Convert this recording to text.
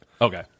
Okay